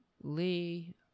Lee